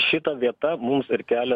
šita vieta mums ir kelia